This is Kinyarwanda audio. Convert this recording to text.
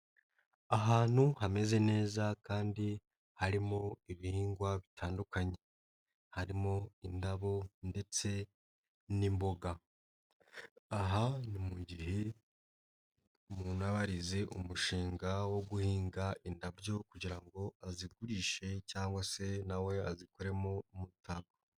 Ahantu hameze neza kandi harimo ibihingwa bitandukanye, harimo indabo ndetse n'imboga, aha ni mu gihe umuntu aba yarize umushinga wo guhinga indabyo kugira ngo azigurishe cyangwa se na we azikoremo umutako.